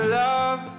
love